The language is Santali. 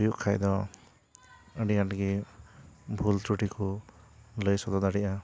ᱦᱩᱭᱩᱜ ᱠᱷᱟᱱ ᱫᱚ ᱟᱹᱰᱤ ᱟᱸᱴ ᱜᱮ ᱵᱷᱩᱞ ᱛᱩᱨᱴᱤ ᱠᱚ ᱞᱟᱹᱭ ᱥᱚᱫᱚᱨ ᱫᱟᱲᱮᱭᱟᱜᱼᱟ